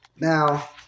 Now